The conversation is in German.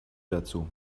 dazu